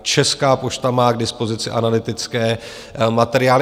Česká pošta má k dispozici analytické materiály.